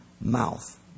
mouth